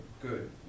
good